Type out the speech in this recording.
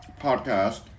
podcast